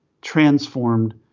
transformed